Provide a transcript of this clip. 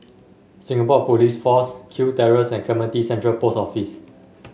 Singapore Police Force Kew Terrace and Clementi Central Post Office